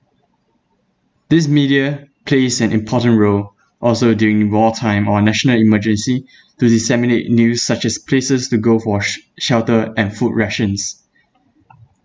this media plays an important role also during wartime or national emergency to disseminate news such as places to go for sh~ shelter and food rations